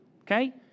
okay